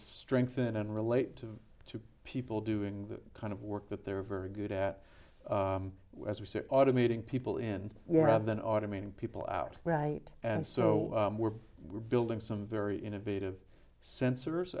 strengthen and relate to the people doing that kind of work that they're very good at automating people in there have been automating people out right and so we're we're building some very innovative sensors